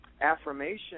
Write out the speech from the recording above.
Affirmation